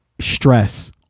stress